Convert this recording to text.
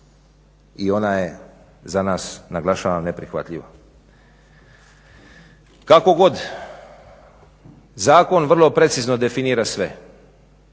i ona je za nas naglašavam neprihvatljiva. Kako god, zakon vrlo precizno definira sve,